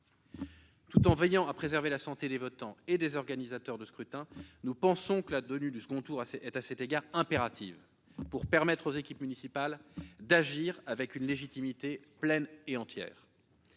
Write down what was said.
Tout en veillant à préserver la santé des votants et des organisateurs du scrutin, nous pensons que la tenue du second tour est à cet égard impérative pour permettre aux équipes municipales d'agir avec une légitimité pleine et entière.